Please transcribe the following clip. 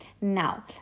Now